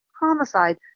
homicide